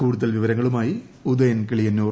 കൂടുതൽവിവരങ്ങളുമായി Udayan Kiliyannur